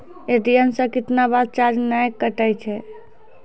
ATM से कैतना बार चार्ज नैय कटै छै?